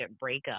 breakup